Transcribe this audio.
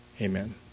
amen